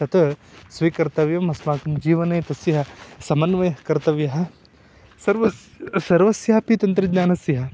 तत् स्वीकर्तव्यम् अस्माकं जीवने तस्य समन्वयः कर्तव्यः सर्वस्य सर्वस्यापि तन्त्रज्ञानस्य